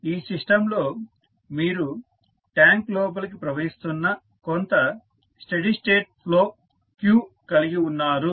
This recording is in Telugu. ఈ సిస్టంలో మీరు ట్యాంక్ లోపలికి ప్రవహిస్తున్న కొంత స్టెడీ స్టేట్ ప్రవాహం Q కలిగి ఉన్నారు